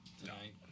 tonight